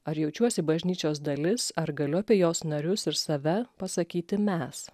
ar jaučiuosi bažnyčios dalis ar galiu apie jos narius ir save pasakyti mes